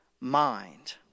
mind